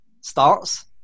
starts